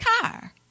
car